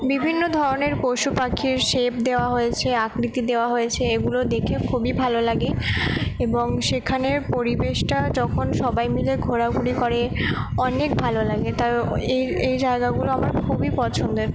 বিভিন্ন ধরনের পশু পাখির শেপ দেওয়া হয়েছে আকৃতি দেওয়া হয়েছে এগুলো দেখে খুবই ভালো লাগে এবং সেখানের পরিবেশটা যখন সবাই মিলে ঘোরাঘুরি করে অনেক ভালো লাগে তারও এই এই জায়গাগুলো আমার খুবই পছন্দের